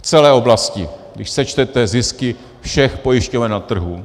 V celé oblasti, když sečtete zisky všech pojišťoven na trhu.